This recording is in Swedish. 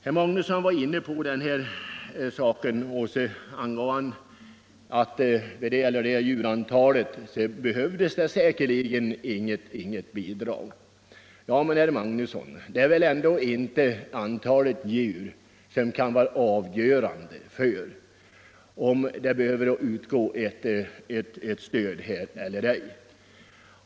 Herr Magnusson i Tanum anförde att med det djurantalet behövs det säkerligen inget bidrag. Men, herr Magnusson, antalet djur kan väl ändå inte vara avgörande för om det behövs ett stöd eller ej.